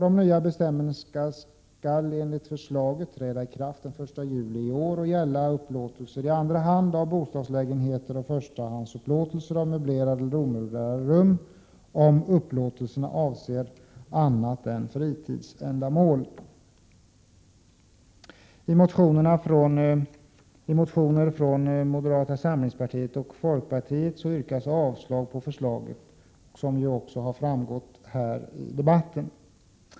De nya bestämmelserna skall enligt förslaget träda i kraft den 1 juli i år och gälla upplåtelser i andra hand av bostadslägenheter och förstahandsupplåtelser av möblerade eller omöblerade rum, om upplåtelserna avser annat än fritidsändamål. I motioner från moderata samlingspartiet och folkpartiet yrkas avslag på förslaget, vilket också framgått av debatten.